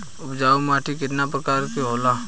उपजाऊ माटी केतना प्रकार के होला?